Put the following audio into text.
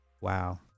Wow